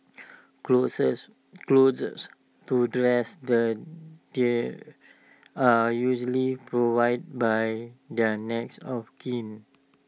clothes clothes to dress the dear are usually provided by their next of kin